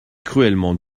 cruellement